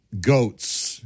goats